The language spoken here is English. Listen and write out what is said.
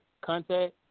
contact